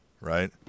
right